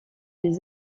des